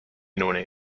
known